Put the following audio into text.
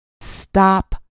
stop